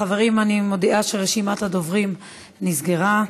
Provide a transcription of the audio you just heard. חברים, אני מודיעה שרשימת הדוברים נסגרה.